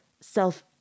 self-